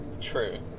True